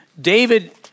David